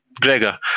Gregor